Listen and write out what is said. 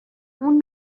اون